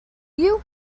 you